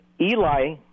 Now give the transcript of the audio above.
Eli